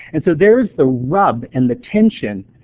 and so there's the rub and the tension,